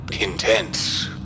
intense